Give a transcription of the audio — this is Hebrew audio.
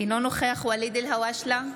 אינו נוכח ואליד אלהואשלה,